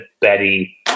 Betty